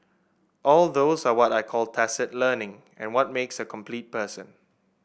all those are what I call tacit learning and what makes a complete person